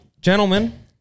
gentlemen